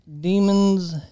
demons